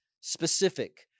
specific